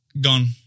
Gone